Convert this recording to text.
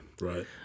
Right